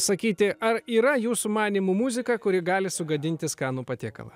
sakyti ar yra jūsų manymu muzika kuri gali sugadinti skanų patiekalą